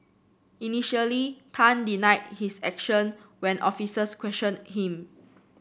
initially Tan denied his action when officers questioned him